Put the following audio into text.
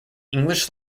english